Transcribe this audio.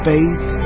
Faith